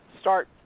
start